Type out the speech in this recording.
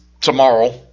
tomorrow